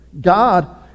God